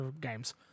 games